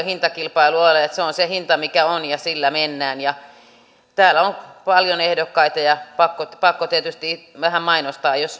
hintakilpailua ole niin että se on se hinta mikä on ja sillä mennään täällä on paljon ehdokkaita ja pakko pakko tietysti vähän mainostaa